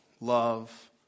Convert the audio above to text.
love